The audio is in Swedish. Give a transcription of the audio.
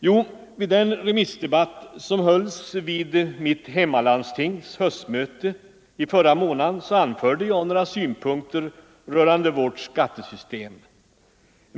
Och vid den remissdebatt som hölls vid mitt hemmalandstings höstmöte i förra månaden anförde jag några synpunkter rörande vårt skattesystem.